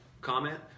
comment